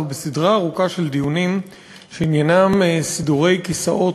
בסדרה ארוכה של דיונים שעניינם סידורי כיסאות,